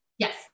Yes